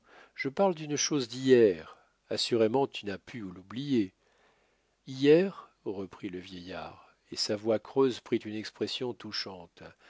je parle d'une chose d'hier assurément tu n'as pu l'oublier hier reprit le vieillard et sa voix creuse prit une expression touchante